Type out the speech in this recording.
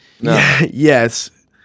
Yes